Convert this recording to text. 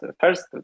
first